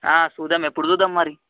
చూద్దాం ఎప్పుడు చూద్దాం మరి